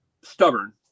stubborn